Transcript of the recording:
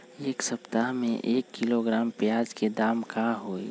एक सप्ताह में एक किलोग्राम प्याज के दाम का होई?